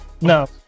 No